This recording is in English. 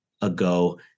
ago